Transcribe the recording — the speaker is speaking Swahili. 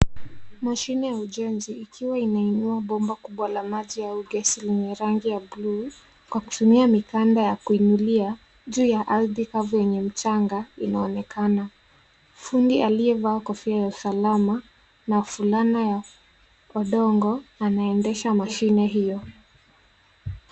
Mashine ya ujenzi ikiwa inainua bomba kubwa la maji au gesi lenye rangi ya bluu kwa kutumia mikanda ya kuinulia juu ya ardhi kavu yenye mchanga inaonekana. Fundi aliyevaa kofia ya usalama na fulana ya udongo anaendesha mashine hiyo.